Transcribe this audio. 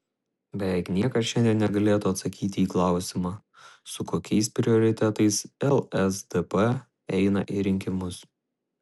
beveik niekas šiandien negalėtų atsakyti į klausimą su kokiais prioritetais lsdp eina į rinkimus